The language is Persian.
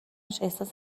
احساس